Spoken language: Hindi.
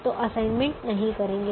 तो असाइनमेंट नहीं करेंगे